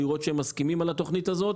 לראות שהם מסכימים על התוכנית הזאת